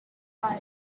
blood